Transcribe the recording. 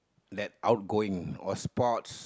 like outgoing or sports